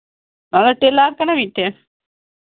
ᱦᱮᱸ ᱴᱮᱞᱟᱨ ᱠᱟᱱᱟ ᱢᱤᱫᱴᱮᱱ